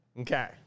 Okay